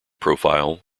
profile